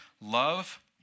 love